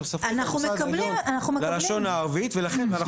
אלא הוא בסמכות המוסד הלאומי ללשון הערבית ולכן אנחנו